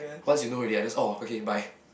once you know already ah just okay bye